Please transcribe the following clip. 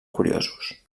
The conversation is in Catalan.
curiosos